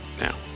now